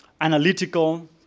analytical